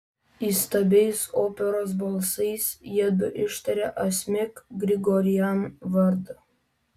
įstabiais operos balsais jiedu ištarė asmik grigorian vardą